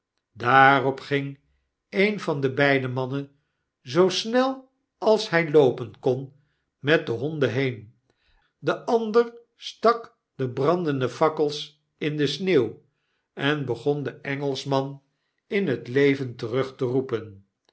daarop ging een van de beide mannen zoo snel als hy loopen kon met de honden heen de ander stak de brandende fakkels in de sneeuw en begon den engelschman in het leven terug te roepen